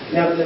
Now